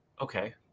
okay